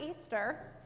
Easter